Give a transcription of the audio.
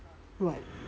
work